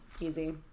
Easy